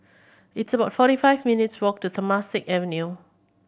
it's about forty five minutes' walk to Temasek Avenue